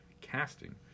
casting